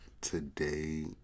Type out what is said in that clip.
today